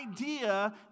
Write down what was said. idea